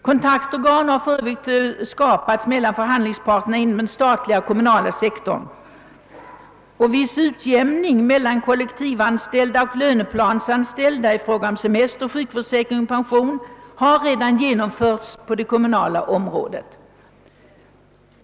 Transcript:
Kontaktorgan har för övrigt skapats mellan parterna inom den statliga och den kommunala sektorn, och viss utjämning mellan kollektivavtalsanställda och löneplansanställda i fråga om semester, sjukförsäkring och pension har redan genomförts på det kommunala området.